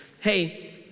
Hey